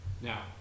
Now